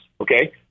okay